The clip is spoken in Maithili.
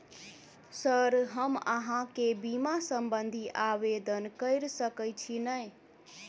सर हम अहाँ केँ बीमा संबधी आवेदन कैर सकै छी नै?